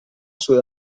sud